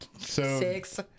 six